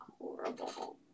horrible